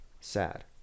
sad